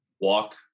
walk